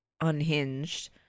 unhinged